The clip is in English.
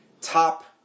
top